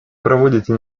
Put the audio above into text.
проводите